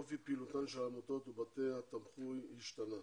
אופי פעילותן של העמותות ובתי התמחוי השתנה.